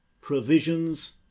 provisions